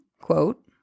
quote